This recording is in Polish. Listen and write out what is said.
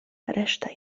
reszta